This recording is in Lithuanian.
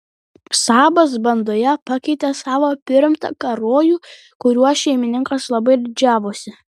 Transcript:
sabas bandoje pakeitė savo pirmtaką rojų kuriuo šeimininkas labai didžiavosi